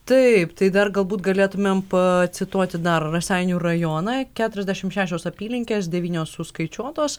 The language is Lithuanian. taip tai dar galbūt galėtumėm pacituoti dar raseinių rajoną keturiasdešimt šešios apylinkės devynios suskaičiuotos